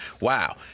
Wow